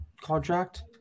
contract